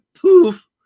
poof